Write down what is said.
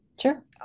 Sure